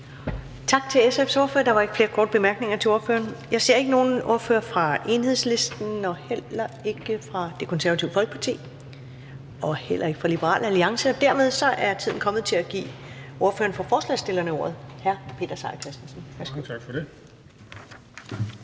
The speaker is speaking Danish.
Tak til SF's ordfører. Der er ikke flere korte bemærkninger til ordføreren. Jeg ser ikke nogen ordfører fra Enhedslisten og heller ikke fra Det Konservative Folkeparti og heller ikke fra Liberal Alliance. Og dermed er tiden kommet til at give ordføreren for forslagsstillerne ordet. Hr. Peter Seier Christensen, værsgo. Et